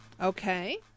okay